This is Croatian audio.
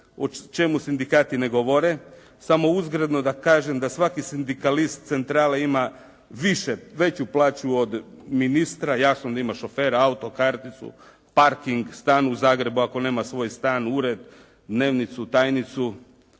o čemu sindikati ne govore. Samo uzgredno da kažem da svaki sindikalist centrale ima više, veću plaću od ministra. Jasno da ima šofera, auto, karticu, parking, stan u Zagrebu, ako nema svoj stan-ured, dnevnicu, tajnicu.